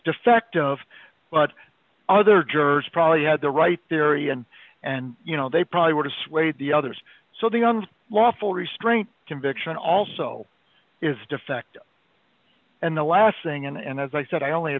defect of what other jurors probably had the right there ian and you know they probably would have swayed the others so the on lawful restraint conviction also is defective and the last thing and as i said i only a